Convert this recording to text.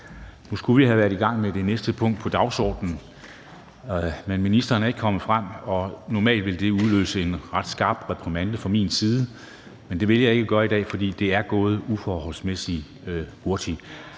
Nu skulle vi have været i gang med det næste punkt på dagsordenen, men ministeren er ikke kommet frem. Normalt ville det udløse en ret skarp reprimande fra min side, men det vil det ikke gøre i dag, for det er gået uforholdsmæssigt hurtigt.